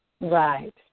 Right